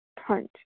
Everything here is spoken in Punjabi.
ਹਾਂਜੀ